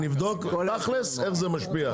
אנחנו נבדוק תכלס איך זה משפיע.